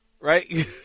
right